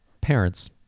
Parents